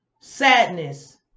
Sadness